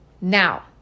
Now